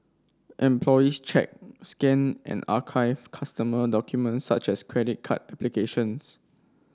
employees check scan and archive customer documents such as credit card applications